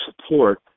support